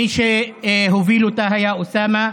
מי שהוביל אותה היה אוסאמה.